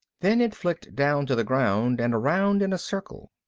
then it flicked down to the ground and around in a circle.